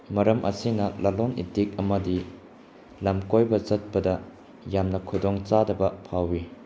ꯃꯔꯝ ꯑꯁꯤꯅ ꯂꯂꯣꯜꯏꯇꯤꯛ ꯑꯃꯗꯤ ꯂꯝ ꯀꯣꯏꯕ ꯆꯠꯄꯗ ꯌꯥꯝꯅ ꯈꯨꯗꯣꯡ ꯆꯥꯗꯕ ꯐꯥꯎꯏ